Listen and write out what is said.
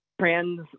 trans